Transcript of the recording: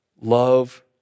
love